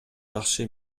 жакшы